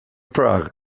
prague